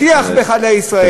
ומטיח בחיילי ישראל.